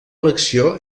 elecció